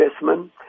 investment